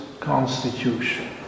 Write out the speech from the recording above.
Constitution